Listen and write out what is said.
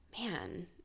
man